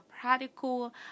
practical